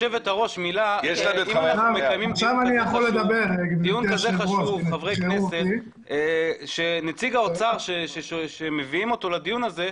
דיון כזה חשוב של חברי הכנסת ונציג האוצר שמביאים אותו לדיון הזה,